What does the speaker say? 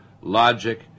logic